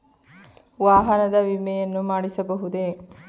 ವಾಹನದ ವಿಮೆಯನ್ನು ಮಾಡಿಸಬಹುದೇ?